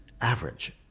average